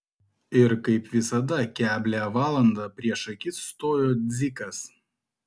ir kaip visada keblią valandą prieš akis stojo dzikas